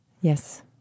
Yes